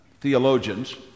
theologians